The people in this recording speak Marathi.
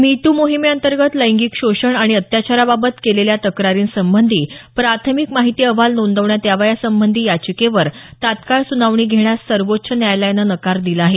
मी टू माहिमेअंतर्गत लैंगिक शोषण आणि अत्याचाराबाबत केलेल्या तक्रारींसंबंधी प्राथमिक माहिती अहवाल नोंदवण्यात यावा यासंबंधी याचिकेवर तत्काळ सुनावणी घेण्यास सर्वोच्च न्यायालयानं नकार दिला आहे